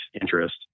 interest